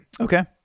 Okay